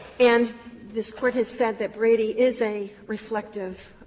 and this court has said that brady is a reflective